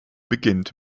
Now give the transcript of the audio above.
beginnt